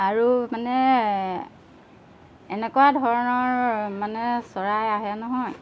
আৰু মানে এনেকুৱা ধৰণৰ মানে চৰাই আহে নহয়